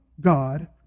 God